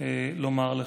לומר לך.